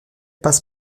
passe